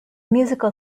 musical